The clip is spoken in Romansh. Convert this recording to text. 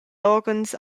loghens